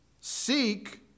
seek